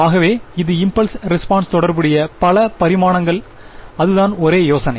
ஆகவே இது impulse response தொடர்புடைய பல பரிமாணங்கள் அதுதான் ஒரே யோசனை